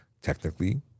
technically